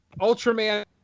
ultraman